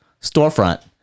storefront